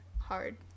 hard